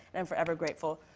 and i'm forever grateful.